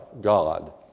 God